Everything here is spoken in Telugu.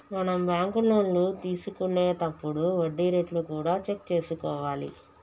మనం బ్యాంకు లోన్లు తీసుకొనేతప్పుడు వడ్డీ రేట్లు కూడా చెక్ చేసుకోవాలి